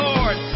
Lord